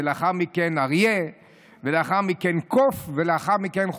לאחר מכן אריה ולאחר מכן קוף ולאחר מכן,